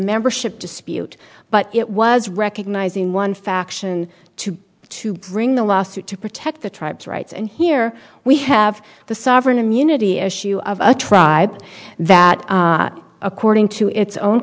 membership dispute but it was recognizing one faction to to bring the lawsuit to protect the tribes rights and here we have the sovereign immunity issue of a tribe that according to its own